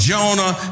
Jonah